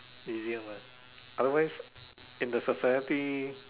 easier one otherwise in the society